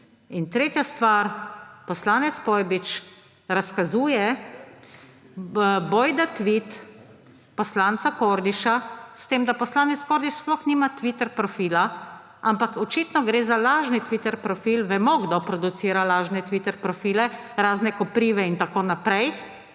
Tretja stvar. Poslanec Pojbič razkazuje boj da tvit poslanca Kordiša s tem, da poslanec Kordiš sploh nima Twitter profila, ampak očitno gre za lažni Twitter profil vem kdo producira lažne Twitter profile razne koprive in tako naprej